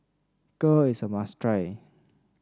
Kheer is a must try